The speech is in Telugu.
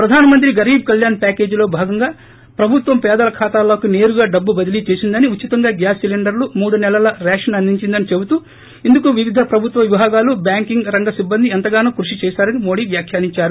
ప్రధాన్ మంత్రి గరీబ్ కల్యాణ్ ప్యాకేజీలో భాగంగా ప్రభుత్వం పేదల ఖాతాల్లోకి సేరుగా డబ్బు బదిలీ చేసిందని ఉచితంగా గ్యాస్ సిలీండర్లు మూడు నెలల రేషన్ అందించిందని చెబుతూ ఇందుకు వివిధ ప్రభుత్వ విభాగాలు బ్యాంకింగ్ రంగ సిబ్బంది ఎంతగానో కృషి చేశారని మోడీ వ్యాఖ్యానించారు